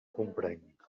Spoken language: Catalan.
comprenc